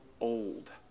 old